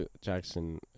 Jackson